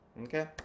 Okay